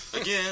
again